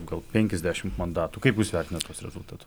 gal penkiasdešimt mandatų kaip jūs vertinat tuos rezultatus